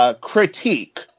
critique